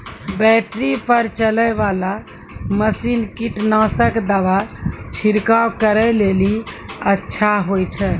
Battery पर चलै वाला मसीन कीटनासक दवा छिड़काव करै लेली अच्छा होय छै?